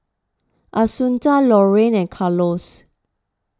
Assunta Laurene and Carlos